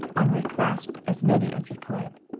henri clasped as many as he could.